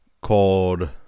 called